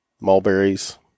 mulberries